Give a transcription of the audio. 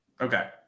okay